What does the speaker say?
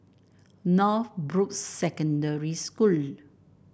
Northbrooks Secondary School